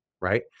right